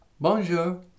Bonjour